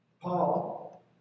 Paul